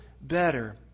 better